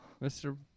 Mr